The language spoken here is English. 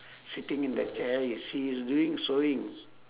sitting in the chair is she is doing sewing